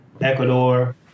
Ecuador